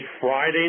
Friday